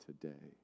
today